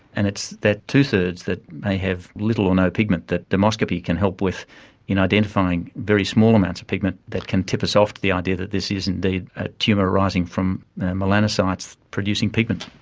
and it's that two-thirds that may have little or no pigment that dermoscopy can help with in identifying very small amounts of pigment that can tip us off to the idea that this is indeed a tumour arising from melanocytes producing pigment.